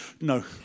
No